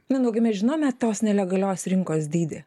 mindaugai mes žinome tos nelegalios rinkos dydį